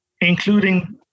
including